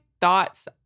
thoughts